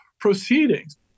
proceedings